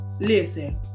Listen